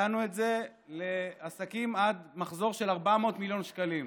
נתנו את זה לעסקים עד מחזור של 400 מיליון שקלים.